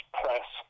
press